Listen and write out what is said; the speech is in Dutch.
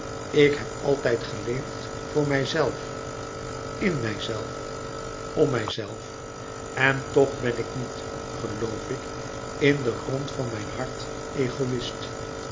ik heb altijd geleefd voor mijzelf in mijzelf om mijzelf en toch ben ik niet geloof ik louis couperus metamorfoze in den grond van mijn hart egoïst